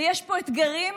ויש פה אין-סוף אתגרים